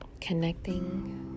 connecting